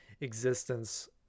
existence